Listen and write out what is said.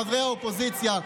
חברי האופוזיציה,